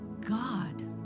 God